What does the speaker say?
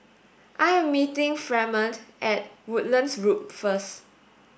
I am meeting Fremont at Woodlands Loop first